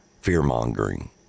fear-mongering